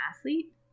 athlete